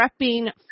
prepping